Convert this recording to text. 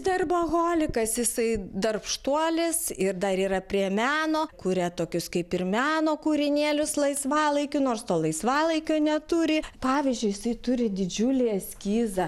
darboholikas jisai darbštuolis ir dar yra prie meno kuria tokius kaip ir meno kūrinėlius laisvalaikiu nors to laisvalaikio neturi pavyzdžiui jisai turi didžiulį eskizą